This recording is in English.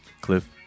Cliff